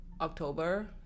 October